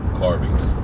carvings